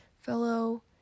fellow